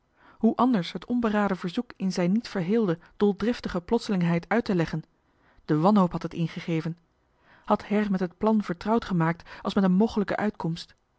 hoe anders het onberaden verzoek in zijn niet verheelde doldriftige plotselingheid uit te leggen de wanhoop had het ingegeven had her met het plan vertrouwd gemaakt als met een mogelijke uitkomst